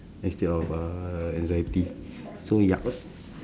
instead of uh anxiety so ya